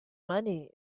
money